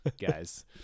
guys